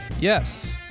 Yes